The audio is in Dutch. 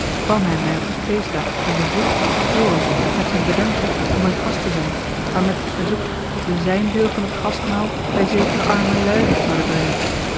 kwam hij mij op den feestdag in de vroegte al storen met zijn bedankje om mijn gast te zijn maar met het verzoek dat we zijn deel van het gastmaal bij zekere arme luiden zouden brengen